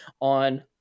on